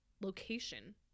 location